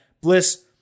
Bliss